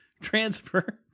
transfer